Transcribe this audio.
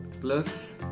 Plus